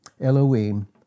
Elohim